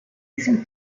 listen